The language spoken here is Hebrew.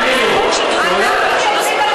והנוהל הוא שאם אתם מביאים את זה על